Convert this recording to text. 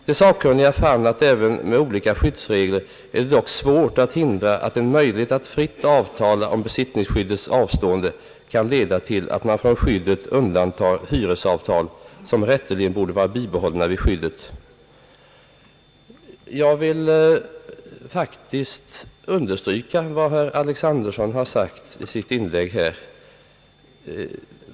De sakkunniga fann att även med olika skyddsregler »är det dock svårt att hindra att en möjlighet att fritt avtala om besittningsskyddets avstående kan leda till att man från skyddet undantar hyresavtal som rätteligen borde vara bibehållna vid skyddet». Jag vill faktiskt understryka vad herr Alexanderson sagt i sitt inlägg.